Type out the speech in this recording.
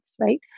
Right